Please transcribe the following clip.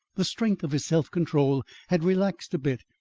the strength of his self-control had relaxed a bit,